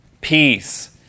peace